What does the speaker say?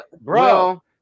Bro